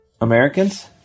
Americans